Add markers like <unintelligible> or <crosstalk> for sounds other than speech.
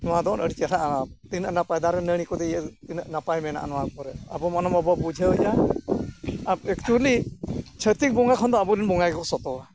ᱱᱚᱣᱟ ᱫᱚ ᱟᱹᱰᱤ ᱪᱮᱨᱦᱟ <unintelligible> ᱛᱤᱱᱟᱹᱜ ᱱᱟᱯᱟᱭ ᱫᱟᱨᱮ ᱱᱟᱹᱲᱤ ᱠᱚ ᱤᱭᱟᱹ ᱛᱤᱱᱟᱹᱜ ᱱᱟᱯᱟᱭ ᱢᱮᱱᱟᱜᱼᱟ ᱱᱚᱣᱟ ᱠᱚᱨᱮ ᱟᱵᱚ ᱢᱟᱱᱮ ᱵᱟᱵᱚᱱ ᱵᱩᱡᱷᱟᱹᱣᱮᱫᱟ <unintelligible> ᱮᱠᱪᱩᱭᱮᱞᱤ ᱪᱷᱟᱹᱛᱤᱠ ᱵᱚᱸᱜᱟ ᱠᱷᱚᱱ ᱫᱚ ᱟᱵᱚᱨᱮᱱ ᱵᱚᱸᱜᱟ ᱜᱮᱠᱚ ᱥᱚᱛᱚᱣᱟ